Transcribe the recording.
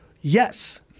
Yes